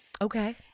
Okay